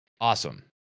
Awesome